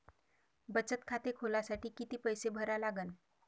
बचत खाते खोलासाठी किती पैसे भरा लागन?